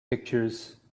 pictures